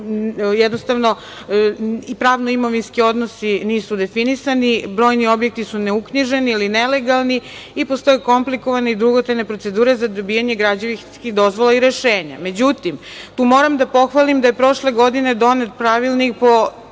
jednostavno, ni pravno-imovinski odnosi nisu definisani, brojni objekti su neuknjiženi ili nelegalni i postoje komplikovane i dugotrajne procedure za dobijanje građevinskih dozvola i rešenja.Međutim, tu moram da pohvalim da je prošle godine donet Pravilnik po